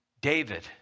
David